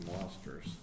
Monsters